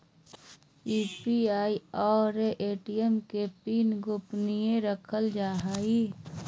UPI और ATM के PIN गोपनीय रखल जा हइ